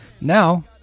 Now